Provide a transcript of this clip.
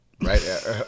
Right